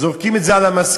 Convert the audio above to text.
זורקים את זה על המזכירות,